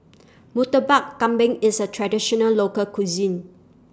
Murtabak Kambing IS A Traditional Local Cuisine